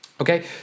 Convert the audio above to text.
Okay